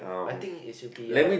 I think it should be a